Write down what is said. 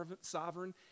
sovereign